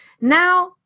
Now